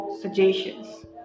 suggestions